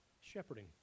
shepherding